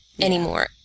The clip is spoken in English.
anymore